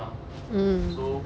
mm